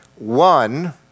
One